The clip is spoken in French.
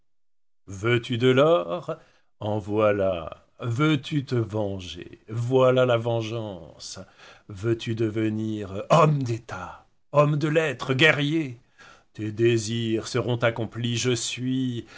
veux-tu de l'or en voilà veux-tu te venger voilà la vengeance veux-tu devenir homme d'état homme de lettres guerrier tes désirs seront accomplis je suis